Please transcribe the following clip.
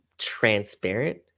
Transparent